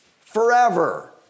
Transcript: forever